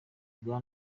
bwa